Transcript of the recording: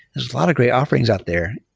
there're a lot of great offerings out there.